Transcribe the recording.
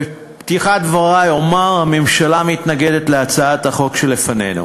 בפתיחת דברי אומר שהממשלה מתנגדת להצעת החוק שלפנינו.